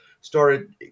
started